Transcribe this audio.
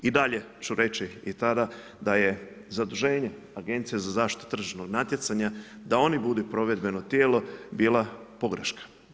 I dalje ću reći i tada da je zaduženje Agencije za zaštitu tržišnog natjecanja, da oni budu provedbeno tijelo, bila pogreška.